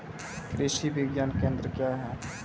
कृषि विज्ञान केंद्र क्या हैं?